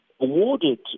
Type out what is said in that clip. awarded